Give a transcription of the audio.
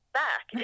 back